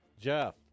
Jeff